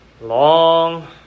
long